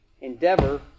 endeavor